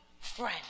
friend